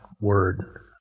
word